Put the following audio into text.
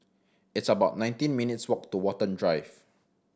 it's about nineteen minutes' walk to Watten Drive